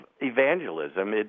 evangelism